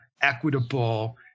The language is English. equitable